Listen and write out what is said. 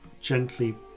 gently